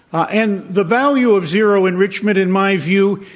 ah and the value of zero enrichment, in my view,